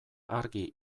argi